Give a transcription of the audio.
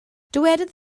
dywedodd